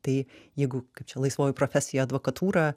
tai jeigu kaip čia laisvoji profesija advokatūra